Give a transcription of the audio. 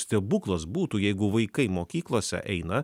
stebuklas būtų jeigu vaikai mokyklose eina